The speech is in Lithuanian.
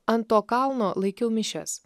ant to kalno laikiau mišias